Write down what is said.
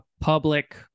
public